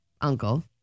uncle